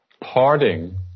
Parting